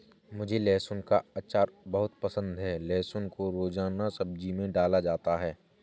मुझे लहसुन का अचार बहुत पसंद है लहसुन को रोजाना सब्जी में डाला जाता है